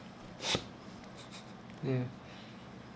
ya